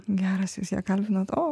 geras jūs ją kalbinot o